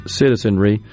citizenry